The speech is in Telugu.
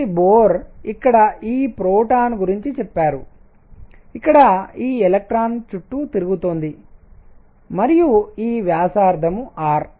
కాబట్టి బోర్ ఇక్కడ ఈ ప్రోటాన్ గురించి చెప్పారు ఇక్కడ ఈ ఎలక్ట్రాన్ చుట్టూ తిరుగుతోంది మరియు ఈ వ్యాసార్థం r